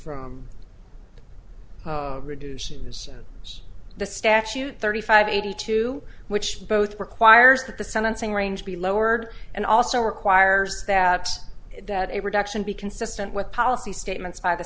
from reduces the statute thirty five eighty two which both requires that the sentencing range be lowered and also requires that that a reduction be consistent with policy statements by the